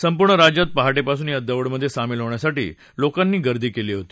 सम्पूर्ण राज्यात पहाटेपासून या दौड मध्ये सामील होण्यासाठी लोकानीं गर्दी केली होती